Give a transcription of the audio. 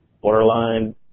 borderline